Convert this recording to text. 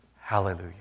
hallelujah